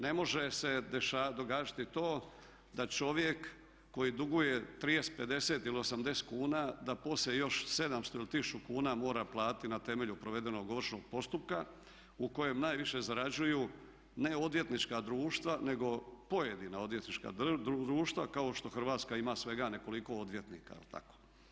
Ne može se događati to da čovjek koji duguje 30, 50 ili 80 kuna da poslije još 700 ili 1000 kuna mora platiti na temelju provedenog ovršnog postupka u kojem najviše zarađuju ne odvjetnička društva nego pojedina odvjetnička društva kao što Hrvatska ima svega nekoliko odvjetnika, je li tako.